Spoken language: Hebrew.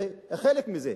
זה חלק מזה.